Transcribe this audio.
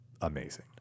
amazing